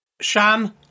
Shan